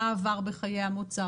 מה עבר בחיי המוצר.